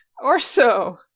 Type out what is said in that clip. Orso